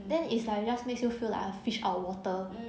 then is like just makes you feel like a fish out of water